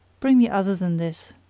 bring me other than this.